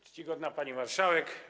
Czcigodna Pani Marszałek!